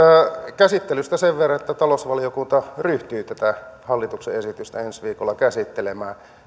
käsittelystä sen verran että talousvaliokunta ryhtyy tätä hallituksen esitystä ensi viikolla käsittelemään